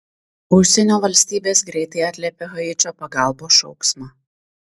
užsienio valstybės greitai atliepė haičio pagalbos šauksmą